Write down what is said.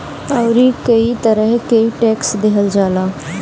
अउरी कई तरह के टेक्स देहल जाला